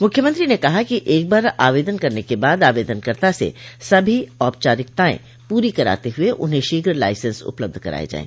मुख्यमंत्री ने कहा कि एक बार आवेदन करने के बाद आवेदनकर्ता से सभी औपचारिकताएं पूरी कराते हुए उन्हें शीघ्र लाइसेंस उपलब्ध कराये जाये